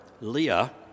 Leah